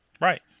Right